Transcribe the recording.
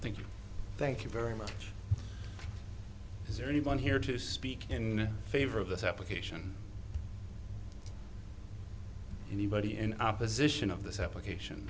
you thank you very much is there anyone here to speak in favor of this application anybody in opposition of this application